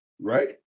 right